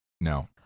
No